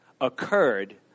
occurred